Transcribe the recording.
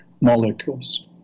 molecules